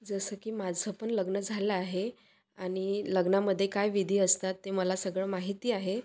जसं की माझं पण लग्न झालं आहे आणि लग्नामध्ये काय विधी असतात ते मला सगळं माहिती आहे